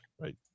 Right